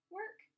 work